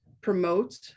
promote